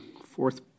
fourth